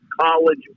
college